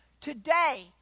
Today